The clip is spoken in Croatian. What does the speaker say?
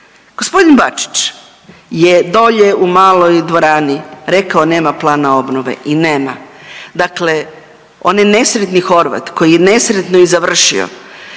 G. Bačić je dolje u maloj dvorani rekao nema plana obnove i nema. Dakle onaj nesretni Horvat koji je nesretno i završio,